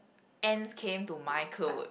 ants came to my clothes